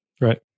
right